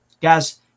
Guys